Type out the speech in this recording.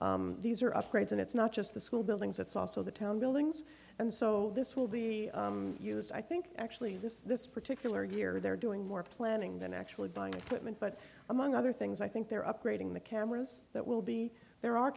do these are upgrades and it's not just the school buildings it's also the town buildings and so this will be used i think actually this this particular year they're doing more planning than actually buying equipment but among other things i think they're upgrading the cameras that will be there are